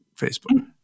Facebook